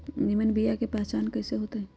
निमन बीया के पहचान कईसे होतई?